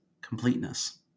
completeness